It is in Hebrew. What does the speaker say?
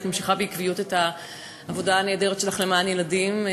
את ממשיכה בעקביות את העבודה הנהדרת שלך למען ילדים.